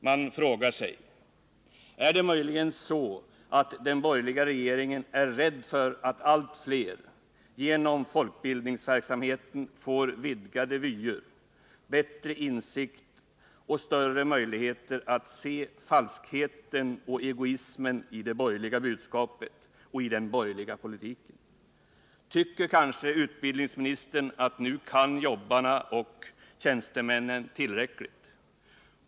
Man frågar sig: Är det möjligen så, att den borgerliga regeringen är rädd för att allt fler genom folkbildningsverksamheten får vidgade vyer, bättre insikt och större möjligheter att se falskheten och egoismen i det borgerliga budskapet och i den borgerliga politiken? Tycker kanske utbildningsministern att nu kan jobbarna och tjänstemännen tillräckligt?